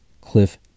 Cliff